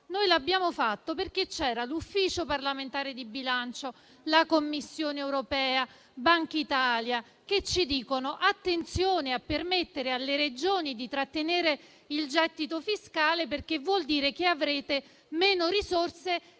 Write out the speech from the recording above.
l'abbiamo fatto perché c'erano l'Ufficio parlamentare di bilancio, la Commissione europea e Bankitalia che ci dicevano di fare attenzione a permettere alle Regioni di trattenere il gettito fiscale, perché ciò vuol dire che ci saranno meno risorse